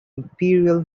imperial